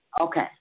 Okay